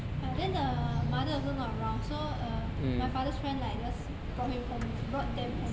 ya then the mother also not around so uh my father's friend like just brought him home brought them home